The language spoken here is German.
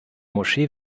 moschee